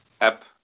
app